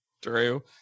true